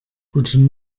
guten